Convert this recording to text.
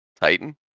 titan